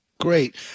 Great